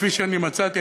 כפי שאני מצאתי,